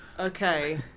Okay